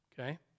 Okay